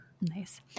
Nice